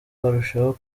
barushaho